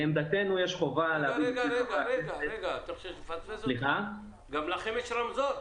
גם לכם יש רמזור?